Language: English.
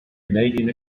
canadian